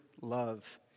love